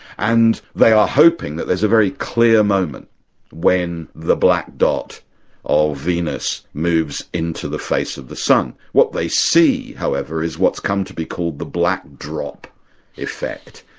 and they are hoping that there's a very clear moment when the black dot of venus moves into the face of the sun. what they see, however, is what's come to be called the black drop effect,